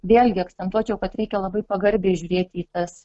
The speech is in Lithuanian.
vėlgi akcentuočiau kad reikia labai pagarbiai žiūrėti į tas